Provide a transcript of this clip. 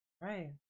Right